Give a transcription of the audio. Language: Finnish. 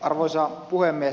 arvoisa puhemies